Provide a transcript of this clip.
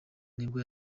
nibwo